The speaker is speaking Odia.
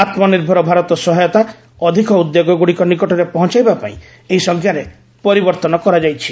ଆତ୍କ ନିର୍ଭର ଭାରତ ସହାୟତା ଅଧିକ ଉଦ୍ୟୋଗଗୁଡ଼ିକ ନିକଟରେ ପହଞ୍ଚାଇବା ପାଇଁ ଏହି ସଂଜ୍ଞାରେ ପରିବର୍ତ୍ତନ କରାଯାଇଛି